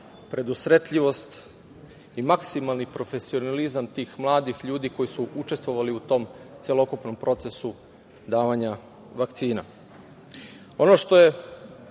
predusretljivost i maksimalni profesionalizam tih mladih ljudi koji su učestvovali u tom celokupnom procesu davanja vakcina. Ono što je